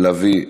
לביא,